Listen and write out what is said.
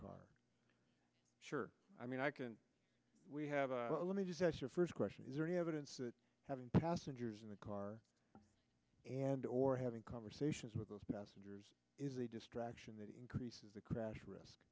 car sure i mean i can we have a let me just as your first question is there any evidence that having passengers in the car and or having conversations with those messengers is a distraction that increases the